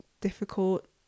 difficult